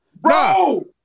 Bro